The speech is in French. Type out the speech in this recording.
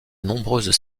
nombreuses